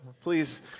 Please